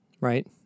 right